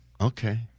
Okay